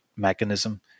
mechanism